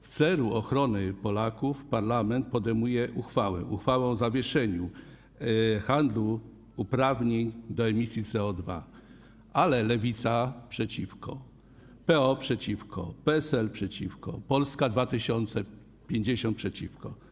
W celu ochrony Polaków parlament podejmuje uchwałę, uchwałę o zawieszeniu handlu uprawnień do emisji CO2, ale Lewica jest przeciwko, PO – przeciwko, PSL – przeciwko, Polska 2050 – przeciwko.